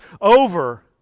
over